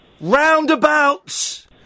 roundabouts